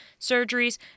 surgeries